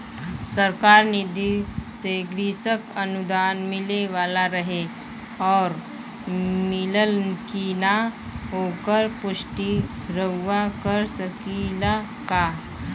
सरकार निधि से कृषक अनुदान मिले वाला रहे और मिलल कि ना ओकर पुष्टि रउवा कर सकी ला का?